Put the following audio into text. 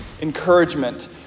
encouragement